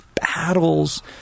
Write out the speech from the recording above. battles